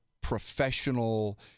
professional